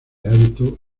hábito